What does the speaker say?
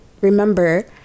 Remember